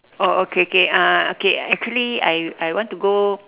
oh okay okay uh okay actually I I want to go